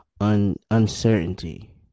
uncertainty